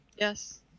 Yes